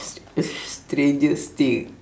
st~ strangest thing